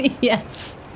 Yes